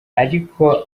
ariko